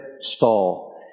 stall